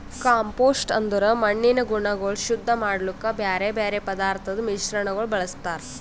compost ಅಂದುರ್ ಮಣ್ಣಿನ ಗುಣಗೊಳ್ ಶುದ್ಧ ಮಾಡ್ಲುಕ್ ಬ್ಯಾರೆ ಬ್ಯಾರೆ ಪದಾರ್ಥದ್ ಮಿಶ್ರಣಗೊಳ್ ಬಳ್ಸತಾರ್